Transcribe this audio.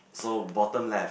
so bottom left